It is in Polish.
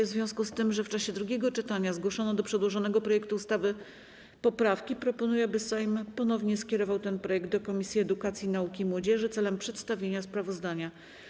W związku z tym, że w czasie drugiego czytania zgłoszono do przedłożonego projektu ustawy poprawki, proponuję, aby Sejm ponownie skierował ten projekt do Komisji Edukacji, Nauki i Młodzieży celem przedstawienia sprawozdania.